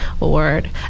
Award